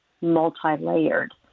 multi-layered